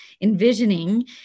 envisioning